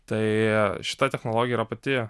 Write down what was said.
tai šita technologija yra pati